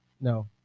No